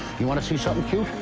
you want to see something cool?